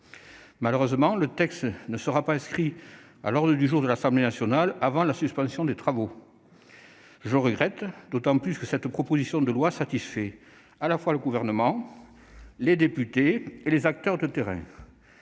Malheureusement, ce texte ne sera pas inscrit à l'ordre du jour de l'Assemblée nationale avant la suspension des travaux parlementaires. Je le regrette d'autant plus que cette proposition de loi satisfait à la fois le Gouvernement, les députés et les acteurs de terrain